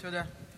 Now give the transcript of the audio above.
תודה.